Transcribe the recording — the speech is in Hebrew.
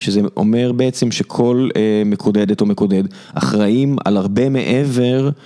שזה אומר בעצם שכל מקודדת או מקודד אחראים על הרבה מעבר